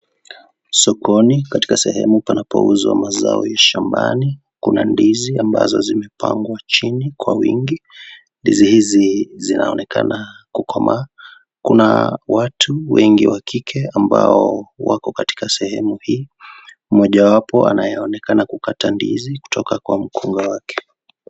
Sokoni katika sehemu panapouzwa mazao ya shambani, kuna ndizi ambazo zimepangwa chini kwa wingi. Ndizi hizi zinaonekana kukomaa. Kuna watu wengi wa kike ambao wako katika sehemu hii, mmojawapo anaonekana kukata ndizi kutoka kwa mkunga wake.